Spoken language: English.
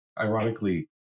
ironically